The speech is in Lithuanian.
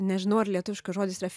nežinau ar lietuviškas žodis yra